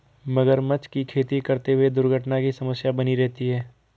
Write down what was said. मगरमच्छ की खेती करते हुए दुर्घटना की समस्या बनी रहती है